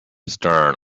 stern